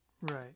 Right